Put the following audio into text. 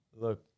look